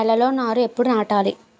నేలలో నారు ఎప్పుడు నాటాలి?